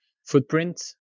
footprint